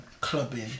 clubbing